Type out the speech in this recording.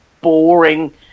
boring